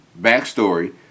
backstory